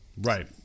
Right